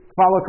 follow